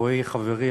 רועי חברי,